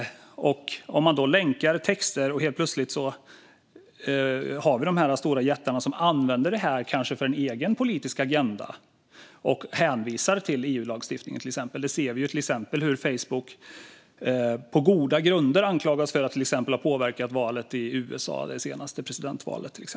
Om man då länkar texter kanske de stora jättarna helt plötsligt använder dem för en egen politisk agenda och hänvisar till EU-lagstiftningen. Vi ser till exempel hur Facebook på goda grunder anklagas för att ha påverkat det senaste presidentvalet i USA.